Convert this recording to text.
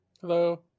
Hello